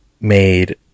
made